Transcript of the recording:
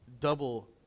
double